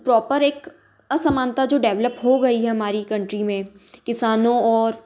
proper एक असमानता जो डेवलप हो गई है हमारी कंट्री में किसानों और